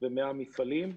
ב-100 מפעלים.